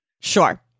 Sure